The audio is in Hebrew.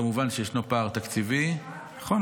כמובן שישנו פער תקציבי ------ נכון,